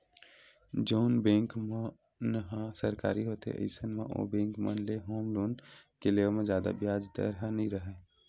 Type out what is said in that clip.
जउन बेंक मन ह सरकारी होथे अइसन म ओ बेंक मन ले होम लोन के लेवब म जादा बियाज दर ह नइ राहय